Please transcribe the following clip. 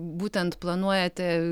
būtent planuojate